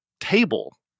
table